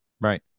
right